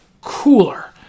cooler